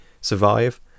survive